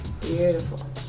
Beautiful